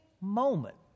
moment